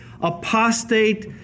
apostate